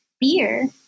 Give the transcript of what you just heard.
beer